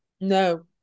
No